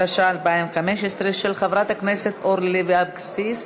התשע"ה 2015, של חברת הכנסת אורלי לוי אבקסיס.